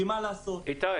כי מה לעשות --- איתי,